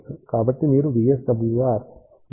కాబట్టి మీరు VSWR 1